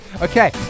okay